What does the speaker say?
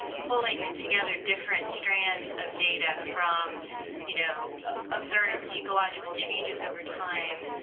pulling together different strands of data from you know observed ecological changes over time,